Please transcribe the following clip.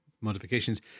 modifications